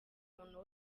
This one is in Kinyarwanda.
umuntu